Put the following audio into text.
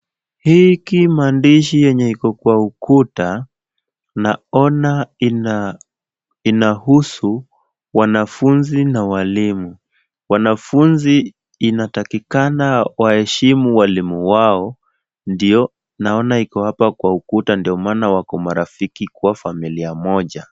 Hiki maandishi yenye iko kwa ukuta, naona inahusu wanafunzi na walimu. Wanafunzi inatakikana waheshimu walimu wao, ndio naona iko hapa kwa ukuta ndio maana wako marafiki kwa familia moja.